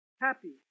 Happy